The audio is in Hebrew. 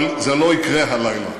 אבל זה לא יקרה הלילה.